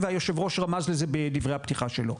והיושב-ראש רמז לזה בדברי הפתיחה שלו.